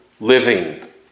living